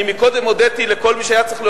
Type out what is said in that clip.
אני קודם הודיתי לכל מי שהיה צריך להודות,